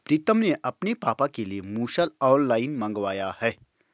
प्रितम ने अपने पापा के लिए मुसल ऑनलाइन मंगवाया है